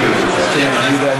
שב, בבקשה.